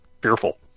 fearful